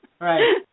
Right